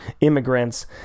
immigrants